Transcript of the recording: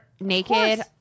naked